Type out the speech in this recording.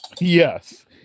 Yes